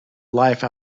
life